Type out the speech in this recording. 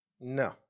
No